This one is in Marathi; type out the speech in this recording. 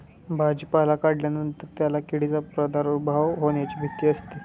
भाजीपाला काढल्यानंतर त्याला किडींचा प्रादुर्भाव होण्याची भीती असते